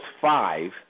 Five